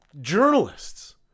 journalists